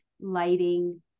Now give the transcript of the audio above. lighting